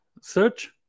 Search